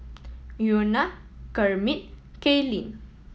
Iona Kermit Kaylene